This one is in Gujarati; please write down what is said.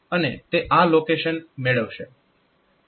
અને તે આ લોકેશન મેળવશે